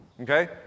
Okay